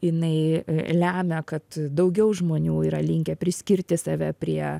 jinai lemia kad daugiau žmonių yra linkę priskirti save prie